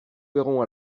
verrons